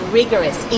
rigorous